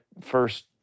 first